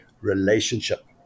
Relationship